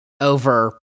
over